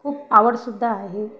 खूप आवडसुद्धा आहे